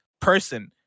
person